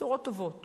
בשורות טובות